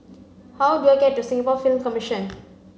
how do I get to Singapore Film Commission